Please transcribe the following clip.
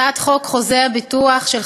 הצעת חוק חוזה הביטוח (תיקון),